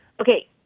Okay